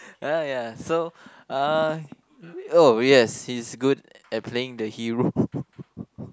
ya ya so uh oh yes he's good at playing the hero